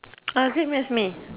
uh same as me